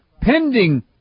pending